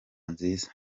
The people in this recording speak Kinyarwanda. nziza